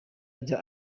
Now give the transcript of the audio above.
rya